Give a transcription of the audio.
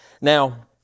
Now